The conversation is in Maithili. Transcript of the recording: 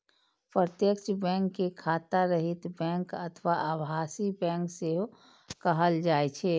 प्रत्यक्ष बैंक कें शाखा रहित बैंक अथवा आभासी बैंक सेहो कहल जाइ छै